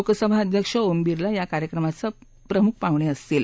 लोकसभा अध्यक्ष ओम बिरला या कार्यक्रमाचे प्रमुख पाहुणे असतील